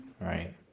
Right